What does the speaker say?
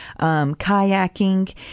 kayaking